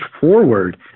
forward